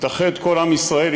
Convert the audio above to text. התאחד כל עם ישראל,